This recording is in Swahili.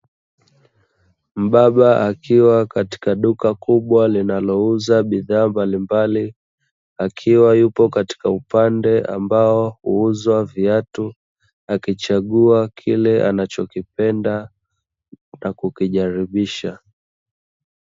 Mbaba akiwa katika duka kubwa linalouza bidhaa mbalimbali, akiwa yupo katika upande ambao huuzwa viatu, akichagua kile anachokipenda na kikijaribisha.